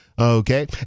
Okay